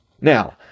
Now